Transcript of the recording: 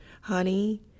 honey